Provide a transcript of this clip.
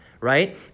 right